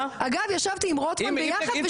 אגב ישבתי עם רוטמן ביחד ושנינו הסכמנו על זה.